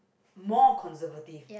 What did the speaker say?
more conservative